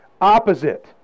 opposite